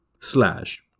slash